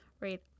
right